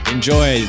Enjoy